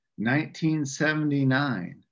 1979